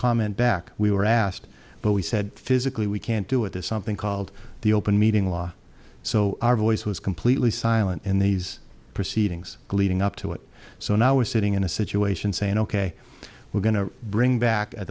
comment back we were asked but we said physically we can't do it there's something called the open meeting law so our voice was completely silent in these proceedings leading up to it so now we're sitting in a situation saying ok we're going to bring back at